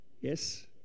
yes